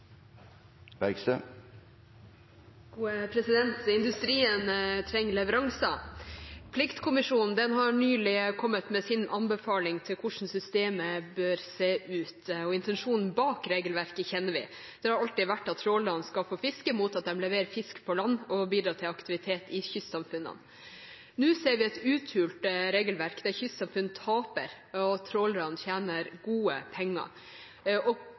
Industrien trenger leveranser. Pliktkommisjonen har nylig kommet med sin anbefaling til hvordan systemet bør se ut, og intensjonen bak regelverket kjenner vi. Det har alltid vært at trålerne skal få fiske mot at de leverer fisk på land og bidrar til aktivitet i kystsamfunnene. Nå ser vi et uthulet regelverk, der kystsamfunn taper og trålerne tjener gode penger.